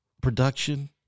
Production